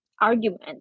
argument